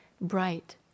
bright